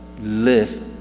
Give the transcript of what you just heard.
live